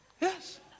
Yes